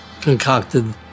concocted